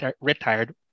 retired